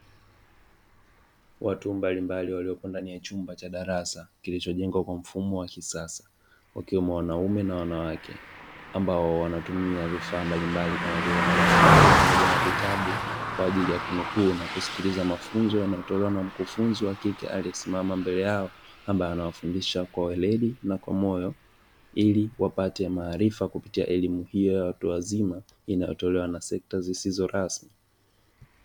Watu mbalimbali waliopo ndani ya chumba cha darasa kilichojengwa kwa mfumo wa kisasa, wakiwemo wanaume na wanawake ambao wanatumia vifaa mbalimbali kama vile: madaftari pamoja na vitabu; kwa ajili ya kunukuu na kusikiliza mafunzo yanayotolewa na mkufunzi wa kike aliyesimama mbele yao, ambaye anawafundisha kwa weledi na kwa moyo ili wapate maarifa kupitia elimu hiyo ya watu wazima inayotolewa na sekta zisizo rasmi.